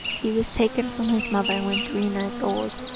he was taken from his mother when three nights old,